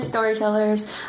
storytellers